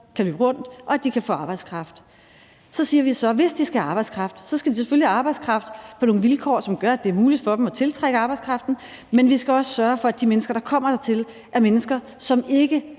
kan løbe rundt, og at de kan få arbejdskraft. Så siger vi så, at hvis de skal have arbejdskraft, skal de selvfølgelig have arbejdskraft på nogle vilkår, som gør, at det er muligt for dem at tiltrække arbejdskraften, men vi skal også sørge for, at de mennesker, der kommer hertil, er mennesker, som ikke